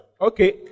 Okay